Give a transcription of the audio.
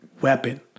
weapon